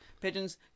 Pigeons